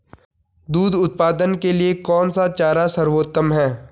दूध उत्पादन के लिए कौन सा चारा सर्वोत्तम है?